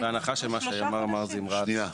שנייה.